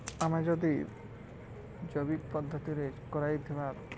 ଆମେ ଯଦି ଜୈବିକ୍ ପଦ୍ଧତିରେ କରାଯାଇଥିବା